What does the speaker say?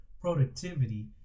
productivity